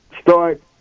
start